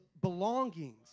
belongings